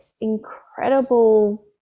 incredible